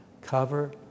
Cover